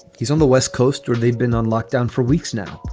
he's on the west coast or they've been on lockdown for weeks now.